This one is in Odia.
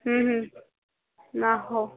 ନା ହଉ